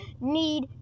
need